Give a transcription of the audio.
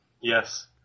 Yes